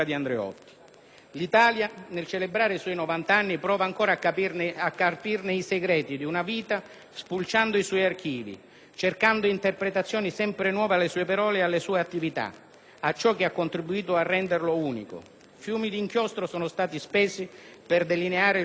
L'Italia, nel celebrare i suoi 90 anni, prova ancora a carpirne i segreti di una vita, spulciando i suoi archivi, cercando interpretazioni sempre nuove alle sue parole e alle sue attività, a ciò che ha contribuito a renderlo unico. Fiumi di inchiostro sono stati spesi per delineare il suo profilo: